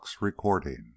recording